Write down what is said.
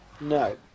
No